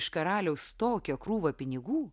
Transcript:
iš karaliaus tokią krūvą pinigų